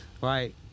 right